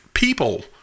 People